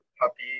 puppy